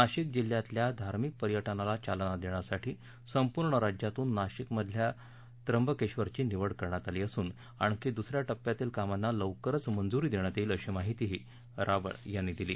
नाशिक जिल्ह्यातील धार्मिक पर्यटनाला चालना देण्यासाठी संपूर्ण राज्यातून नाशिक मधील त्र्यंबकेश्वरची निवड करण्यात आली असून आणखी दुसऱ्या टप्प्यातील कामांना लवकरच मंजुरी देण्यात येईल अशी माहिती रावळ यांनी दिली